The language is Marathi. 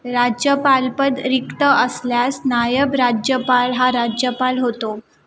राज्यपालपद रिक्त असल्यास नायब राज्यपाल हा राज्यपाल होतो